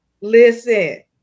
listen